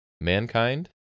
mankind